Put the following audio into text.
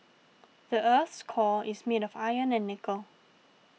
the earth's core is made of iron and nickel